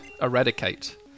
Eradicate